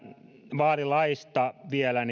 vaalilaista vielä